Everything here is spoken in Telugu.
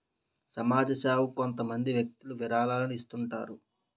సమాజ సేవకు కొంతమంది వ్యక్తులు విరాళాలను ఇస్తుంటారు